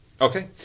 Okay